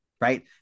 right